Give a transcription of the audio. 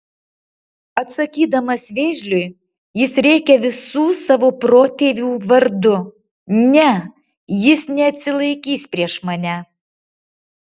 atsakydamas vėžliui jis rėkia visų savo protėvių vardu ne jis neatsilaikys prieš mane